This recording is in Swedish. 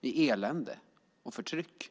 i elände och förtryck.